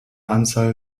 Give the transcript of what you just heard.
anzahl